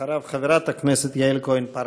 אחריו, חברת הכנסת יעל כהן-פארן.